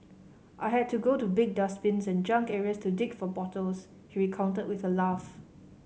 I had to go to big dustbins and junk areas to dig for bottles he recounted with a laugh